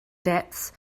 depths